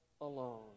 alone